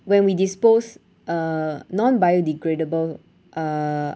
when we dispose a non-biodegradable uh